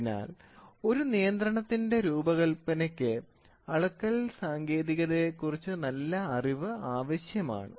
അതിനാൽ ഒരു നിയന്ത്രണത്തിന്റെ രൂപകൽപ്പനയ്ക്ക് അളക്കൽ സാങ്കേതികതയെക്കുറിച്ച് നല്ല അറിവ് ആവശ്യമാണ്